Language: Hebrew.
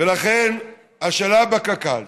ולכן השאלה בקק"ל,